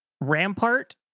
Rampart